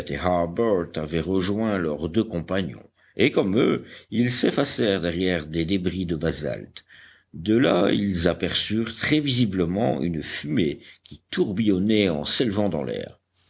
avaient rejoint leurs deux compagnons et comme eux ils s'effacèrent derrière des débris de basalte de là ils aperçurent très visiblement une fumée qui tourbillonnait en s'élevant dans l'air